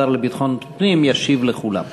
השר לביטחון פנים ישיב לכולם.